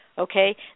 okay